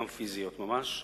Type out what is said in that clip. גם פיזיות ממש,